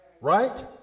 Right